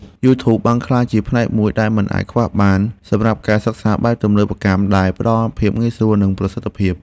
យូធូបបានក្លាយជាផ្នែកមួយដែលមិនអាចខ្វះបានសម្រាប់ការសិក្សាបែបទំនើបកម្មដែលផ្តល់ភាពងាយស្រួល និងប្រសិទ្ធភាព។